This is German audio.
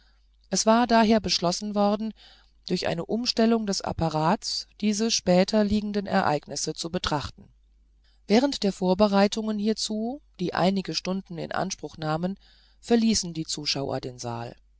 es war daher beschlossen worden durch eine umstellung des apparats diese später liegenden ereignisse zu beobachten während der vorbereitungen hierzu die einige stunden in anspruch nahmen verließen die zuschauer den saal